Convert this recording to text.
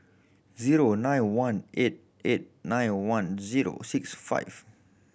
zero nine one eight eight nine one zero six five